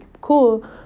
cool